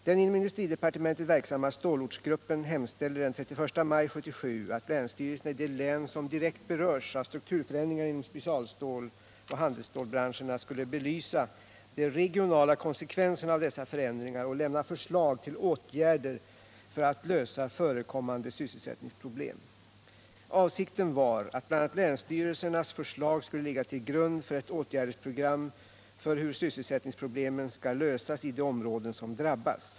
Den inom industridepartementet verksam ma stålortsgruppen hemställde den 31 maj 1977 att länsstyrelserna i de län som direkt berörs av strukturförändringarna inom specialstålsoch handelsstålsbranscherna skulle belysa de regionala konsekvenserna av dessa förändringar och lämna förslag till åtgärder för att lösa förekommande sysselsättningsproblem. Avsikten var att bl.a. länsstyrelsernas förslag skulle ligga till grund för ett åtgärdsprogram för hur sysselsättningsproblemen skall lösas i de områden som drabbas.